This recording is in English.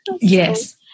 Yes